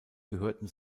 gehörten